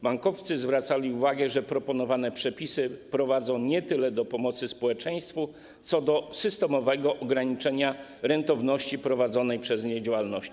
Bankowcy zwracali uwagę, że proponowane przepisy prowadzą nie tyle do pomocy społeczeństwu, co do systemowego ograniczenia rentowności prowadzonej przez nie działalności.